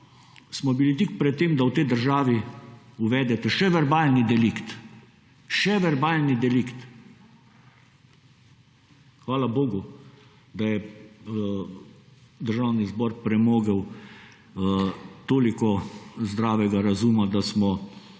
smo bili tik pred tem, da v tej državi uvedete še verbalni delikt. Hvala bogu, da je Državni zbor premogel toliko zdravega razuma, da smo